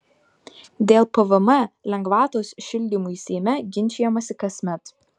dėl pvm lengvatos šildymui seime ginčijamasi kasmet